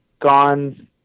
gone